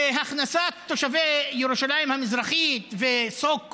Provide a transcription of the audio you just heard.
והכנסת תושבי ירושלים המזרחית ו-so called